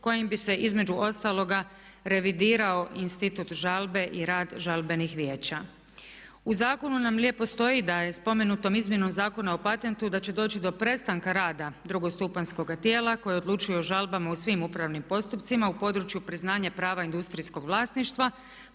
kojim bi se između ostaloga revidirao institut žalbe i rad žalbenih vijeća. U zakonu nam lijepo stoji da je spomenutom izmjenom Zakona o patentu da će doći do prestanka rada drugostupanjskoga tijela koje odlučuje o žalbama u svim upravnim postupcima u području priznanja prava industrijskog vlasništva